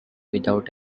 without